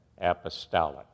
apostolic